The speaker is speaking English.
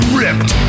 ripped